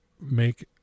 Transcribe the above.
make